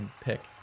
pick